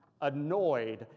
Annoyed